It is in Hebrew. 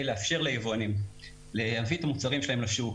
לאפשר ליבואנים להביא את המוצרים שלהם לשוק,